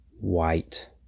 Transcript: white